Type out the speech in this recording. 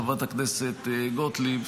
חברת הכנסת גוטליב,